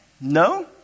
No